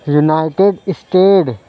united state